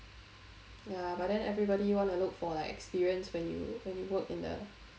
ya but then everybody wanna look for like experience when you when you work in a